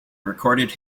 recorded